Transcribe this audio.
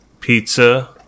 Pizza